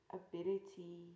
ability